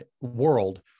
world